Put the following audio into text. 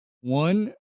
one